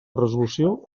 resolució